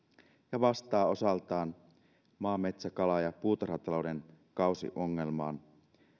ja vastaa osaltaan maa metsä kala ja puutarhatalouden kausiongelmaan